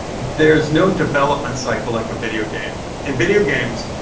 there is no development cycle like a videogame. and video games,